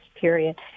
period